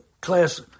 class